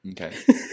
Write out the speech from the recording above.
Okay